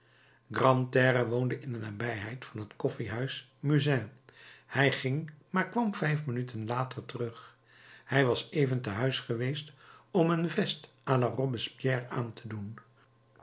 grantaire woonde in de nabijheid van het koffiehuis musain hij ging maar kwam vijf minuten later terug hij was even te huis geweest om een vest à la robespierre aan te doen